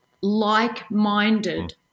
like-minded